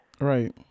Right